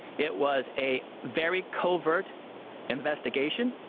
it was a very covert investigation.